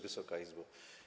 Wysoka Izbo!